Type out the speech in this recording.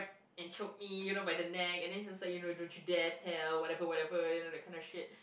and choke me you know by the neck and then she was like you know don't you dare tell whatever whatever you know that kind of shit